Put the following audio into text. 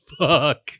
Fuck